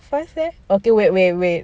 fast leh